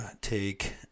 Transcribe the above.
take